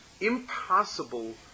impossible